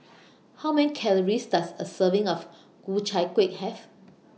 How Many Calories Does A Serving of Ku Chai Kuih Have